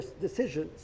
decisions